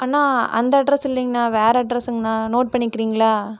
அண்ணா அந்த அட்ரஸ் இல்லைங்கண்ணா வேற அட்ரஸ்ஸுங்கண்ணா நோட் பண்ணிக்கிறிங்களா